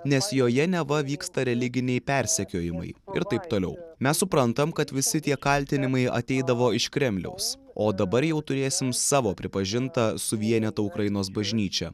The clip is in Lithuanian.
nes joje neva vyksta religiniai persekiojimai ir taip toliau mes suprantam kad visi tie kaltinimai ateidavo iš kremliaus o dabar jau turėsim savo pripažintą suvienytą ukrainos bažnyčią